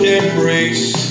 embrace